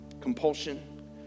compulsion